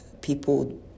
people